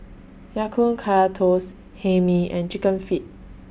Ya Kun Kaya Toast Hae Mee and Chicken Feet